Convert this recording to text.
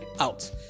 out